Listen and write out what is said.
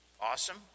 awesome